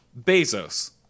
Bezos